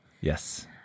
yes